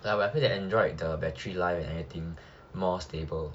ya but I feel that android the battery life and anything more stable